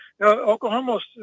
Oklahoma's